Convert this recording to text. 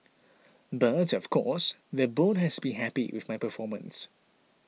but of course the board has to be happy with my performance